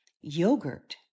yogurt